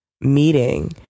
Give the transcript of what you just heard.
meeting